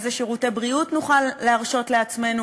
אילו שירותי בריאות נוכל להרשות לעצמנו.